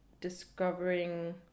discovering